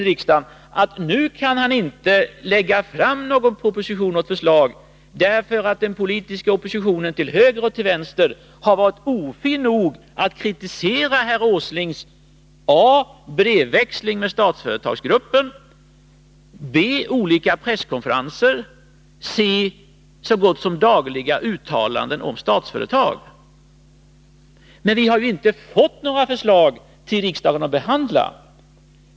Nu kan herr Åsling inte lägga fram någon proposition eftersom den politiska oppositionen till höger och till vänster har varit ofin nog att kritisera honom för a) hans brevväxling med Statsföretagsgruppen, b) olika presskonferenser samt c) hans så gott som dagliga uttalanden om Statsföretag. Men vi har ju inte fått några förslag till riksdagen att behandla.